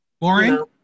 boring